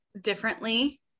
differently